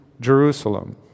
Jerusalem